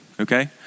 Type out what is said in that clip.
okay